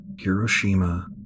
Hiroshima